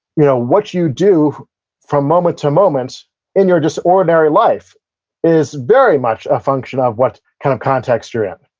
you know what you do from moment to moment in your just ordinary life is very much a function of what kind of context you're in,